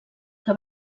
que